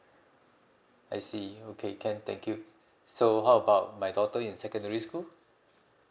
I see okay can thank you so how about my daughter in secondary school